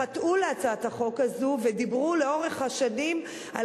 חטאו להצעת החוק הזאת ודיברו לאורך השנים על